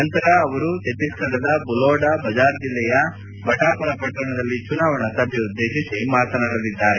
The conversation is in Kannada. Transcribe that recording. ನಂತರ ಅವರು ಛತ್ನೀಸ್ಗಡದ ದೊಲೋಡಾ ಬಜಾರ್ ಜಿಲ್ಲೆಯ ಭಟಾಪರ ಪಟ್ಟಣದಲ್ಲಿ ಚುನಾವಣಾ ಸಭೆಯನ್ನುದ್ದೇಶಿಸಿ ಮಾತನಾಡಲಿದ್ದಾರೆ